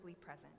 present